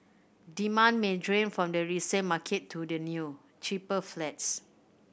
demand may drain from the resale market to the new cheaper flats